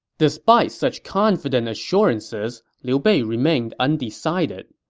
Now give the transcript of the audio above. despite such confident assurances, liu bei remained undecided.